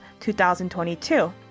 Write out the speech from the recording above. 2022